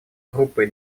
группой